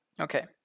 Okay